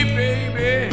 baby